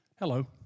Hello